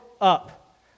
up